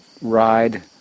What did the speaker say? ride